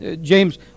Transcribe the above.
James